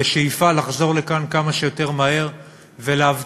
לחזור לכאן כמה שיותר מהר ולהבטיח